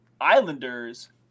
Islanders